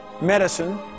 medicine